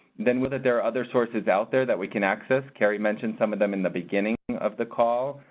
then we know that there are other sources out there that we can access. kari mentioned some of them in the beginning of the call.